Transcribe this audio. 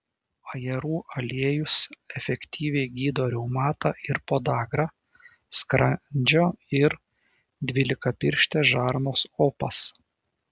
ajerų aliejus efektyviai gydo reumatą ir podagrą skrandžio ir dvylikapirštės žarnos opas